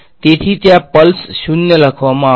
તેથી આ પલ્સ શુન્ય લખવામાં આવશે